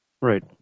Right